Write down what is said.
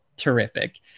Terrific